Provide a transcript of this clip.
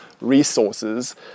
resources